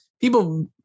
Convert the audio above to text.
people